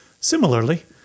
Similarly